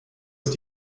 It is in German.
ist